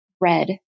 red